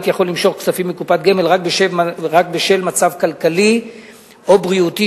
יכול למשוך כספים מקופת גמל רק בשל מצב כלכלי או בריאותי,